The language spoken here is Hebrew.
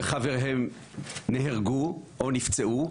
וחבריהם נהרגו או נפצעו,